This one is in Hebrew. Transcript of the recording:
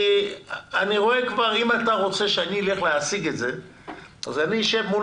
אם אתה רוצה שאני אלך להשיג את זה אז אני אשב מול